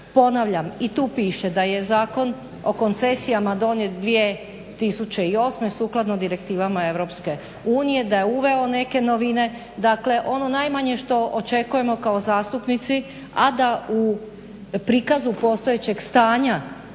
Ponavljam, i tu piše da je Zakon o koncesijama donijet 2008. sukladno direktivama Europske unije, da je uveo neke novine, dakle ono najmanje što očekujemo kao zastupnici, a da u prikazu postojećeg stanja